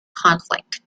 conflict